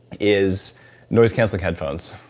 is noise canceling headphones.